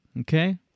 Okay